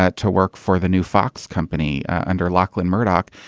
ah to work for the new fox company under lachlan murdoch.